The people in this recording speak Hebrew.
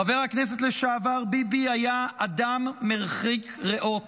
חבר הכנסת לשעבר ביבי היה אדם מרחיק ראות.